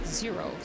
zero